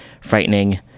frightening